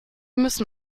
müssen